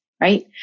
right